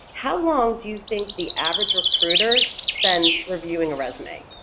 how long do you think the average recruiter spends reviewing a resume?